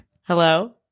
Hello